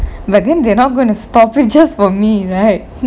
but then they're not going to stop it just for me right